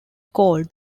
called